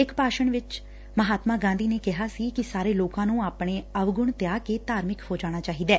ਇਕ ਭਾਸ਼ਣ ਵਿਚ ਮਹਾਤਮਾ ਗਾਂਧੀ ਨੇ ਕਿਹਾ ਸੀ ਕਿ ਸਾਰੇ ਲੋਕਾਂ ਨੂੰ ਆਪਣੇ ਅਵਗੁਣ ਤਿਆਗ ਕੇ ਧਾਰਮਿਕ ਹੋ ਜਾਣਾ ਚਾਹੀਦੈ